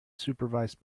supervised